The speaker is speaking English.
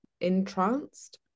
entranced